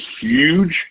huge